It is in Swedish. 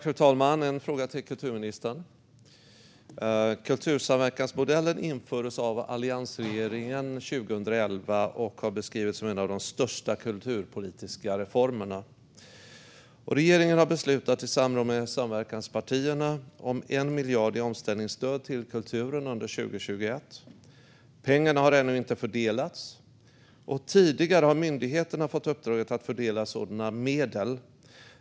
Fru talman! Jag har en fråga till kulturministern. Kultursamverkansmodellen infördes av alliansregeringen 2011 och har beskrivits som en av de största kulturpolitiska reformerna. Regeringen har i samråd med samverkanspartierna beslutat om 1 miljard i omställningsstöd till kulturen under 2021. Pengarna har ännu inte fördelats. Tidigare har myndigheterna fått i uppdrag att fördela sådana medel.